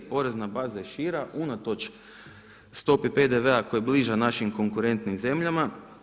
Porezna baza je šira unatoč stopi PDV-a koja je bliža našim konkurentnim zemljama.